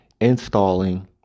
installing